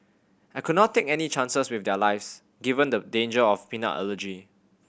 I could not take any chances with their lives given the danger of peanut allergy